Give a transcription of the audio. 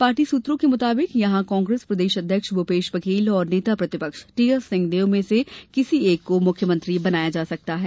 party सूत्रों के मुताबिक यहां कांग्रेस प्रदेश अध्यक्ष भूपेश बघेल और नेता प्रतिपक्ष टीएस सिंहदेव में से किसी एक को मुख्यमंत्री बनाया जा सकता है